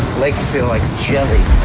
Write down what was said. legs feel like jelly.